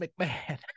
McMahon